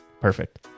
Perfect